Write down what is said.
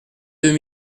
deux